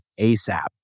ASAP